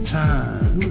time